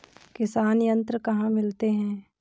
किसान यंत्र कहाँ मिलते हैं?